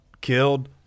killed